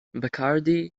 bacardi